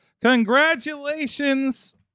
Congratulations